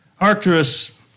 Arcturus